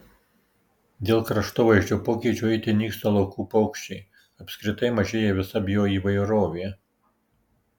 dėl kraštovaizdžio pokyčio itin nyksta laukų paukščiai apskritai mažėja visa bioįvairovė